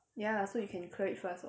ya so you can clear it first lor